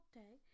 day